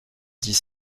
dix